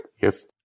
Yes